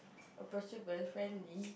a possible friendly